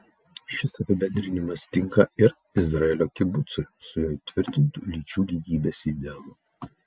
šis apibendrinimas tinka ir izraelio kibucui su jo įtvirtintu lyčių lygybės idealu